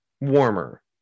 warmer